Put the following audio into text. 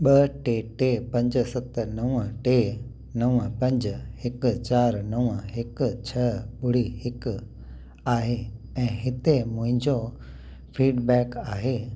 ॿ टे टे पंज सत नव टे नव पंज हिकु चार नव हिकु छह ॿुड़ी हिकु आहे ऐं हिते मुंहिंजो फ़ीडबैक आहे